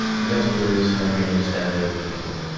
metaphor is how we understand everything.